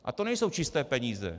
A to nejsou čisté peníze.